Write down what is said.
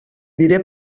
diré